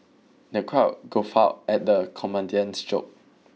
the crowd guffawed at the comedian's joke